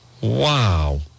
Wow